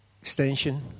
extension